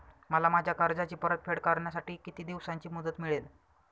मला माझ्या कर्जाची परतफेड करण्यासाठी किती दिवसांची मुदत मिळेल?